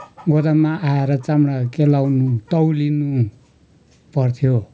गोदाममा आएर चाम्डा केलाउनु तौलिनु पर्थ्यो